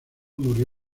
murió